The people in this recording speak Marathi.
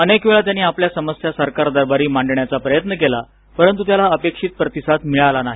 अनेकवेळा त्यांनी आपल्या समस्या सरकार दरबारी मांडण्याचा प्रयत्न केला परंतु त्याला अपेक्षीत प्रतिसाद मिळाला नाही